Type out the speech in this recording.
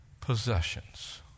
possessions